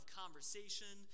conversation